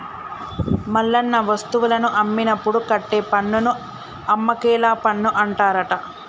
మల్లన్న వస్తువులను అమ్మినప్పుడు కట్టే పన్నును అమ్మకేల పన్ను అంటారట